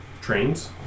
trains